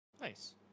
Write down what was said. nice